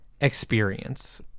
experience